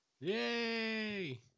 Yay